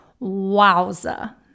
Wowza